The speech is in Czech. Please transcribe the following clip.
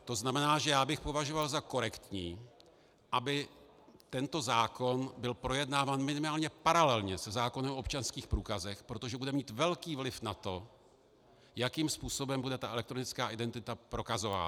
To znamená, že já bych považoval za korektní, aby tento zákon byl projednáván minimálně paralelně se zákonem o občanských průkazech, protože bude mít velký vliv na to, jakým způsobem bude elektronická identita prokazována.